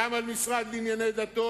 גם על המשרד לענייני דתות,